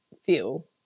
feel